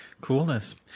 Coolness